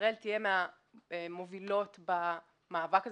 ישראל תהיה מהמובילות במאבק הזה,